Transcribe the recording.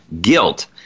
guilt